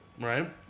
right